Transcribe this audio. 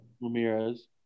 Ramirez